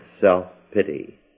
self-pity